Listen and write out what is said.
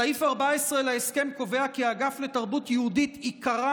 סעיף 14 להסכם קובע כי האגף לתרבות יהודית ייקרע